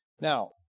Now